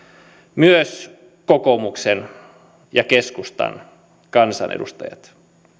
myös kokoomuksen ja keskustan kansanedustajat